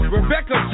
Rebecca